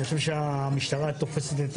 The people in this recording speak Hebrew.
אני חושב שהמשטרה תופסת את